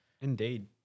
Indeed